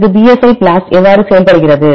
இது psi BLAST எவ்வாறு செயல்படுகிறது